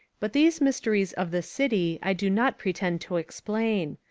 but these mysteries of the city i do not pretend to explain.